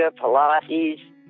pilates